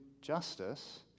justice